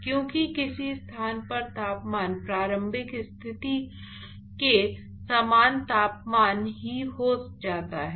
क्योंकि किसी स्थान पर तापमान प्रारंभिक स्थिति के समान तापमान ही हो जाता है